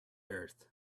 earth